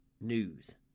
news